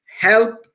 help